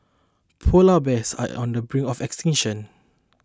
Polar Bears are on the brink of extinction